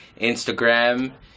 Instagram